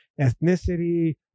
ethnicity